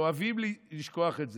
ואוהבים לשכוח את זה,